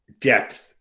depth